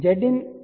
ZinZ022 Zin1